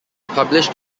published